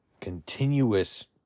continuous